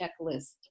checklist